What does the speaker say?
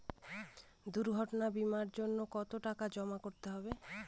দুর্ঘটনা বিমার জন্য কত টাকা জমা করতে হবে?